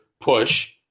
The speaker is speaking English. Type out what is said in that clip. push